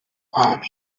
armies